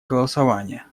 голосования